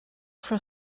for